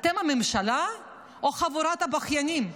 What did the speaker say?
אתם הממשלה או חבורת בכיינים?